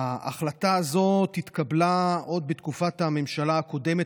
ההחלטה הזאת התקבלה עוד בתקופת הממשלה הקודמת,